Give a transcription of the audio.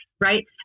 right